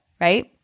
right